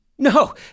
No